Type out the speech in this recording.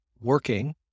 working